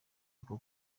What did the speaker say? uko